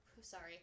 Sorry